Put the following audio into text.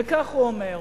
וכך הוא אומר: